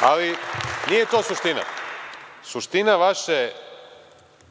ali nije to suština. Suština